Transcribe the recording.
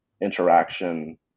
interaction